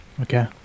Okay